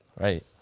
Right